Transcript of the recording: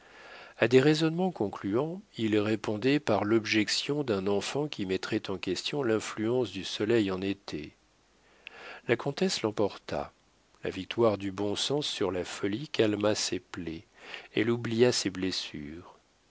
a des raisonnements concluants il répondait par l'objection d'un enfant qui mettrait en question l'influence du soleil en été la comtesse l'emporta la victoire du bon sens sur la folie calma ses plaies elle oublia ses blessures